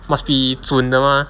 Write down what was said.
must be 准的 mah